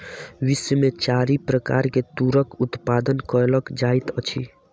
विश्व में चारि प्रकार के तूरक उत्पादन कयल जाइत अछि